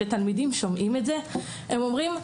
תלמידים שומעים את זה ואומרים,